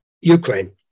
Ukraine